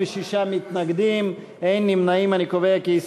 משה גפני ואורי מקלב לסעיף 52 לא נתקבלה.